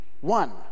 One